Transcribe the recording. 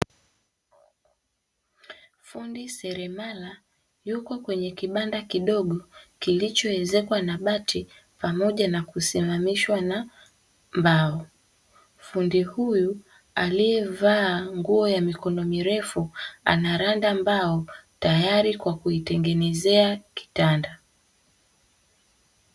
Fundi seremala yuko kwenye kibanda kidogo kilicho ezekwa na bati pamoja na kusimamishwa na mbao. Fundi huyu aliyevaa nguo ya mikono mirefu anaranda mbao tayari kwa kuitengeneza kitanda.